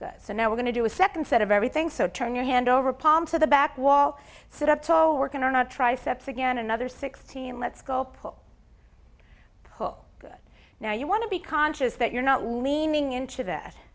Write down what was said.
good so now we're going to do a second set of everything so turn your hand over palm to the back wall sit up tall working or not triceps again another sixteen let's go pull pull good now you want to be conscious that you're not leaning